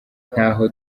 ntaho